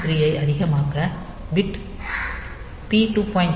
3 ஐ அதிகமாக்க bit B 2